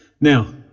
now